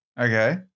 Okay